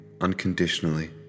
unconditionally